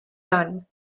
done